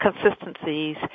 Consistencies